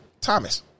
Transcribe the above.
Thomas